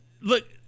Look